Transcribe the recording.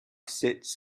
sits